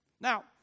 Now